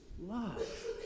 love